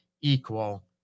equal